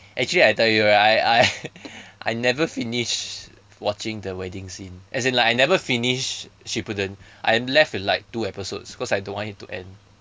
actually I tell you right I I I never finish watching the wedding scene as in like I never finish shippuden I left like two episodes because I don't want it to end